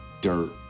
dirt